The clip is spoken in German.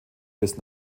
bis